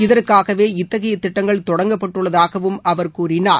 இதற்காகவே இத்தகைய திட்டங்கள் தொடங்கப்பட்டுள்ளதாகவும் அவர் கூறினார்